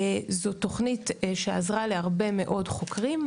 זו תוכנית שעזרה להרבה מאוד חוקרים,